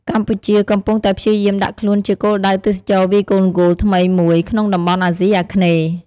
កម្ពុជាកំពុងតែព្យាយាមដាក់ខ្លួនជាគោលដៅទេសចរណ៍វាយកូនហ្គោលថ្មីមួយក្នុងតំបន់អាស៊ីអាគ្នេយ៍។